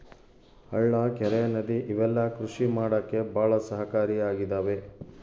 ಹಳ್ಳ ಕೆರೆ ನದಿ ಇವೆಲ್ಲ ಕೃಷಿ ಮಾಡಕ್ಕೆ ಭಾಳ ಸಹಾಯಕಾರಿ ಆಗಿದವೆ